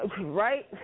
Right